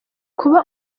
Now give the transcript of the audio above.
kuba